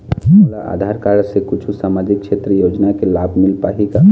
मोला आधार कारड से कुछू सामाजिक क्षेत्रीय योजना के लाभ मिल पाही का?